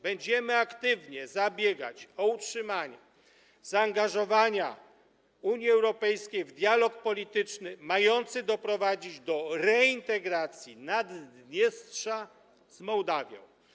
Będziemy aktywnie zabiegać o utrzymanie zaangażowania Unii Europejskiej w dialog polityczny mający doprowadzić do reintegracji Naddniestrza z Mołdawią.